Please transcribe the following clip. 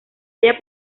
halla